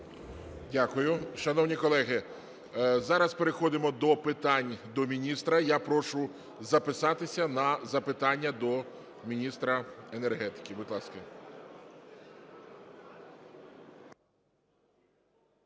Дякую. Шановні колеги, зараз переходимо до питань до міністра. Я прошу записатися на запитання до міністра енергетики. Будь ласка.